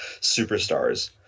superstars